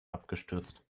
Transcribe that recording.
abgestürzt